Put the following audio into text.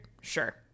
sure